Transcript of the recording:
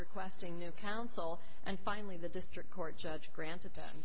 requesting new counsel and finally the district court judge granted t